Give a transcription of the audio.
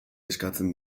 eskatzen